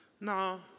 no